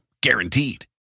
Guaranteed